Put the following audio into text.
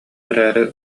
эрээри